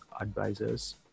advisors